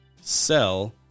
sell